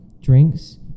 drinks